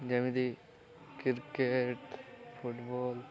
ଯେମିତି cricket football